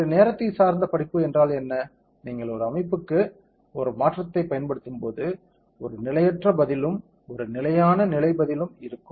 ஒரு நேரத்தை சார்ந்த படிப்பு என்றால் என்ன நீங்கள் ஒரு அமைப்புக்கு ஒரு மாற்றத்தைப் பயன்படுத்தும்போது ஒரு நிலையற்ற பதிலும் ஒரு நிலையான நிலை பதிலும் இருக்கும்